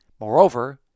Moreover